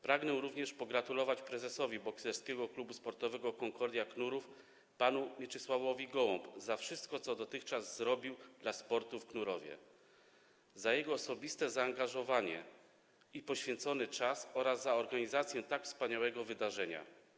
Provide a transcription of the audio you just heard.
Pragnę również pogratulować i podziękować prezesowi Bokserskiego Klubu Sportowego Concordia Knurów panu Mieczysławowi Gołębiowi za wszystko, co dotychczas zrobił dla sportu w Knurowie, za jego osobiste zaangażowanie i poświęcony czas oraz za organizację tak wspaniałego wydarzenia.